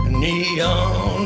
neon